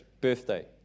birthday